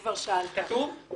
כתוב?